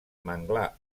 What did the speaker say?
manglar